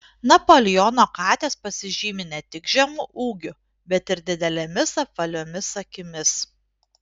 napoleono katės pasižymi ne tik žemu ūgiu bet ir didelėmis apvaliomis akimis